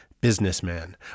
businessman